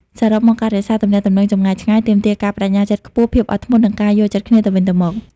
សរុបមក ការរក្សាទំនាក់ទំនងចម្ងាយឆ្ងាយទាមទារការប្តេជ្ញាចិត្តខ្ពស់ ភាពអត់ធ្មត់ និងការយល់ចិត្តគ្នាទៅវិញទៅមក។